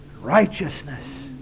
Righteousness